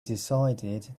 decided